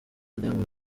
diamond